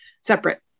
separate